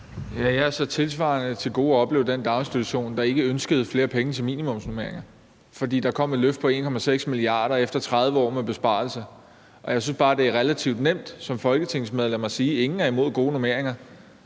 Jeg har så tilsvarende til gode at opleve den daginstitution, der ikke ønsker flere penge til minimumsnormeringer – der kom et løft på 1,6 mia. kr. efter 30 år med besparelser. Jeg synes bare, det er relativt nemt som folketingsmedlem at sige, at ingen er imod gode normeringer,